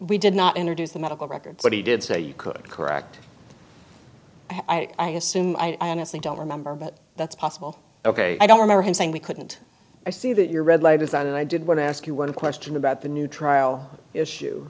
we did not introduce the medical records but he did say you could correct i assume i honestly don't remember but that's possible ok i don't remember him saying we couldn't i see that your red light is on and i did want to ask you one question about the new trial issue